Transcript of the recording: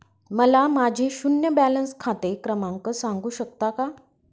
मला माझे शून्य बॅलन्स खाते क्रमांक सांगू शकता का?